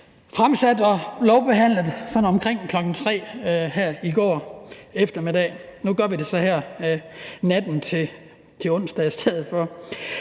været sat på og lovbehandlet sådan omkring kl. 15 her i går eftermiddag. Nu gør vi det så her natten til onsdag i stedet for.